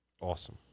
Awesome